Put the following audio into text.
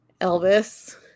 Elvis